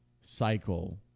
cycle